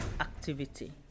activity